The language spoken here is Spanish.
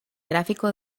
tráfico